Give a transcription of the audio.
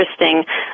interesting